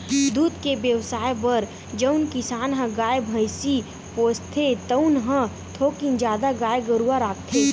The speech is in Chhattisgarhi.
दूद के बेवसाय बर जउन किसान ह गाय, भइसी पोसथे तउन ह थोकिन जादा गाय गरूवा राखथे